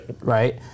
right